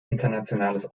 internationales